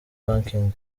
banking